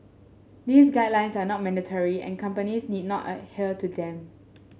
these guidelines are not mandatory and companies need not adhere to them